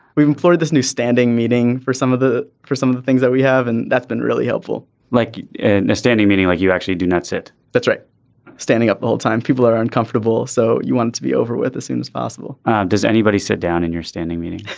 we've employed this new standing meeting for some of the for some of the things that we have and that's been really helpful like a you know standing meeting like you actually do that's it that's right standing up all time people are uncomfortable. so you want to be over with as soon as possible does anybody sit down in your standing meeting.